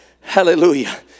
hallelujah